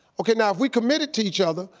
okay now if we committed to each other,